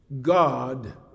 God